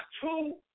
two